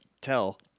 tell